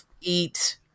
eat